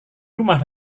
rumah